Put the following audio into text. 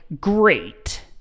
great